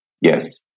Yes